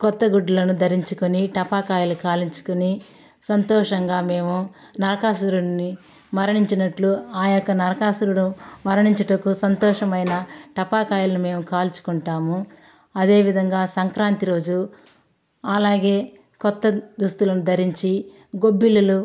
కొత్త గుడ్లను ధరించుకొని టపాకాయలు కాల్చుకొని సంతోషంగా మేము నరకాసురుడిని మరణించినట్లు ఆ యొక్క నరకాసుకుడు మరణించుటకు సంతోషమైన టపాసుకాయలు మేము కాల్చుకుంటాము అదేవిధంగా సంక్రాంతి రోజు అలాగే కొత్త దుస్తులను ధరించి గొబ్బిళ్ళులు